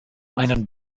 einen